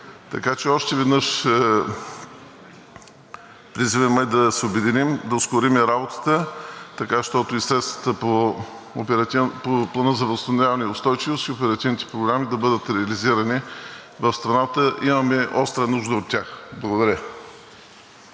начин. Още веднъж призивът ми е да се обединим, да ускорим работата, така че и средствата по Плана за възстановяване и устойчивост, и оперативните програми да бъдат реализирани. В страната имаме остра нужда от тях. Благодаря.